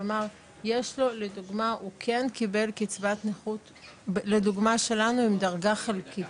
כלומר הוא כן קיבל קצבת נכות לדוגמה שלנו עם דרגה חלקית,